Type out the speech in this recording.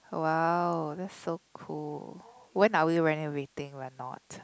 !woah! that's so cool when are renovating we're not